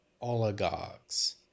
oligarchs